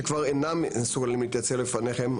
שכבר אינם מסוגלים להתייצב לפניכם,